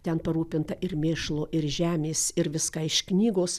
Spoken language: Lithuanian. ten parūpinta ir mėšlo ir žemės ir viską iš knygos